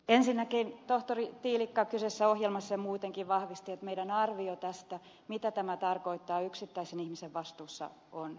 ensinnäkin tohtori tiilikka kyseisessä ohjelmassa ja muutenkin vahvisti että meidän arviomme tästä mitä tämä tarkoittaa yksittäisen ihmisen vastuussa on aivan oikea